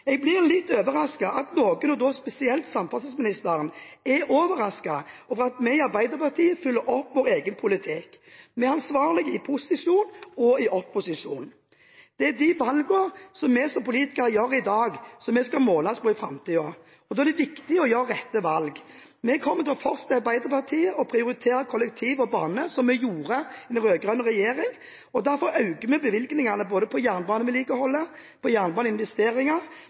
Jeg blir litt overrasket over at noen, og da spesielt samferdselsministeren, er overrasket over at vi i Arbeiderpartiet følger opp vår egen politikk. Vi er ansvarlige i posisjon og i opposisjon. Det er de valgene som vi som politikere gjør i dag, som vi skal måles på i framtiden. Da er det viktig å gjøre rette valg. Vi i Arbeiderpartiet kommer fortsatt til å prioritere kollektiv og bane, som vi gjorde i den rød-grønne regjeringen, og derfor øker vi bevilgningene til jernbanevedlikeholdet,